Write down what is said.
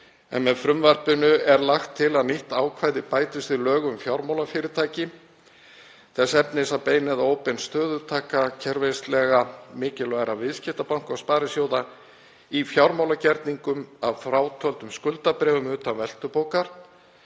Með frumvarpinu er lagt til að nýtt ákvæði bætist við lög um fjármálafyrirtæki þess efnis að bein og óbein stöðutaka kerfislega mikilvægra viðskiptabanka og sparisjóða í fjármálagerningum, að frátöldum skuldabréfum utan veltubókar,